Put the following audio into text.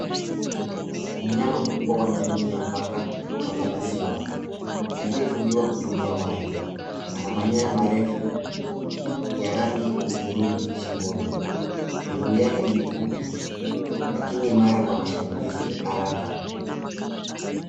Mnyama mkubwa wa jamii ya paka kwa jina simba aliyefngiwa kutumia waya. Ana manyoya marefu ya rangi hudhurungi shingoni. Miguu yake ni mifupi lakini imara kwa mashambulizi haraka.